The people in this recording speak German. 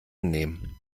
nehmen